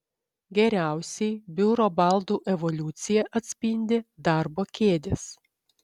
geriausiai biuro baldų evoliuciją atspindi darbo kėdės